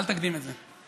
אל תקדים את זה.